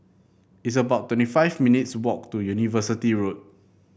it's about twenty five minutes' walk to University Road